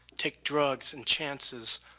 take drugs and chances,